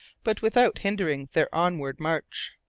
but without hindering their onward march.